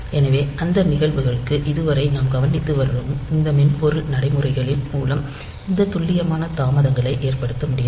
எனவே அந்த நிகழ்வுகளுக்கு இதுவரை நாம் கவனித்து வரும் இந்த மென்பொருள் நடைமுறைகளின் மூலம் இந்த துல்லியமான தாமதங்களை ஏற்படுத்த முடியாது